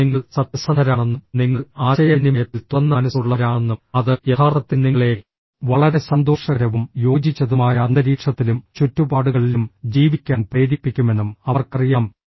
അപ്പോൾ നിങ്ങൾ സത്യസന്ധരാണെന്നും നിങ്ങൾ ആശയവിനിമയത്തിൽ തുറന്ന മനസ്സുള്ളവരാണെന്നും അത് യഥാർത്ഥത്തിൽ നിങ്ങളെ വളരെ സന്തോഷകരവും യോജിച്ചതുമായ അന്തരീക്ഷത്തിലും ചുറ്റുപാടുകളിലും ജീവിക്കാൻ പ്രേരിപ്പിക്കുമെന്നും അവർക്കറിയാം